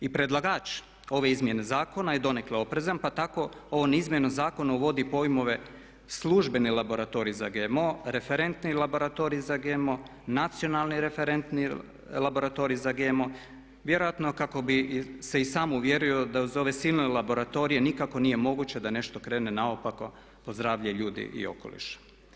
I predlagač ove izmjene zakona je donekle oprezan pa tako ovom izmjenom zakona uvodi pojmove službeni laboratorij za GMO, referentni laboratorij za GMO, nacionalni referentni laboratorij za GMO vjerojatno kako bi se i sam uvjerio da za ove silne laboratorije nikako nije moguće da nešto krene naopako po zdravlje ljudi i okolišta.